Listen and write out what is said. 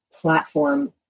platform